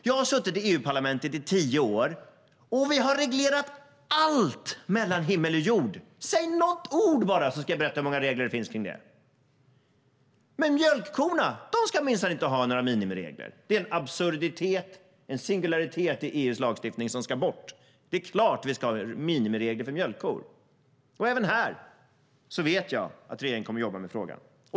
Jag har suttit i EU-parlamentet i tio år, och vi har reglerat allt mellan himmel och jord. Säg något ord, och jag ska berätta om hur många regler det finns. Men mjölkkorna ska minsann inte ha några minimiregler. Det är en absurditet, en singularitet, i EU:s lagstiftning som ska bort. Det är klart att vi ska ha minimiregler för mjölkkor. Även här vet jag att regeringen kommer att jobba med frågan.